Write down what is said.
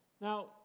Now